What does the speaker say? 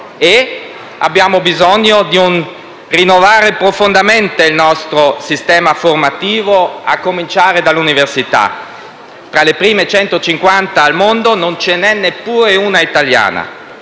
E abbiamo bisogno di rinnovare profondamente il nostro sistema formativo, a cominciare dall'università: tra le prime 150 al mondo non ce n'è neppure una italiana.